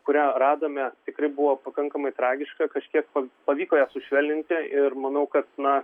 kurią radome tikrai buvo pakankamai tragiška kažkiek pa pavyko ją sušvelninti ir manau kad na